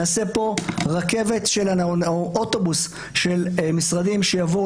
נעשה פה אוטובוס של משרדים שיבואו